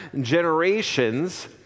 generations